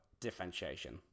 differentiation